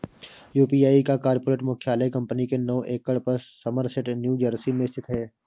UPI का corporate मुख्यालय company के नौ एकड़ पर समरसेट न्यू जर्सी में स्थित है